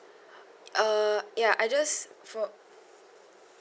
uh ya I just for